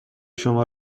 شما